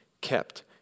kept